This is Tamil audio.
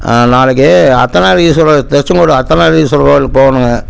நாளைக்கு அர்த்தநாரீஸ்வரர் திருச்செங்கோடு அர்த்தநாரீஸ்வரர் கோயிலுக்கு போகணுங்க